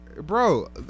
bro